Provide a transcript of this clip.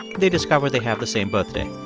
they discover they have the same birthday.